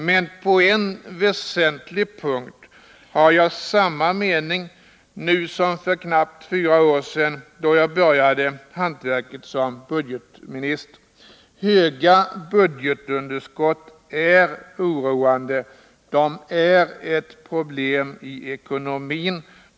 Men på en väsentlig punkt har jag samma mening nu som för knappt fyra år sedan, då jag började hantverket som budgetminister: Stora budgetunderskott är oroande, de är ett problem i ekonomin.